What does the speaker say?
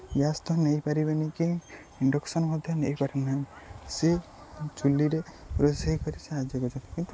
gas ତ ନେଇପାରିବେନି କେହି ଇଣ୍ଡକ୍ସନ୍ ମଧ୍ୟ ନେଇପାରିବେ ନାହିଁ ସେ ଚୁଲିରେ ରୋଷେଇ କରି ସାହାଯ୍ୟ କରୁଛନ୍ତି କିନ୍ତୁ